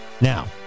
Now